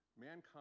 Mankind